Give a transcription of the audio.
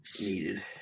needed